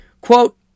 quote